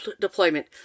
deployment